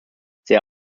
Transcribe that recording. there